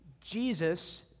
Jesus